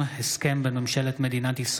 ביטול עסקת מכר מרחוק למתן שירותי תיירות